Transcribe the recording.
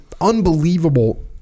unbelievable